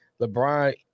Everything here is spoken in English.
LeBron